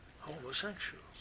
homosexuals